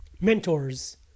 mentors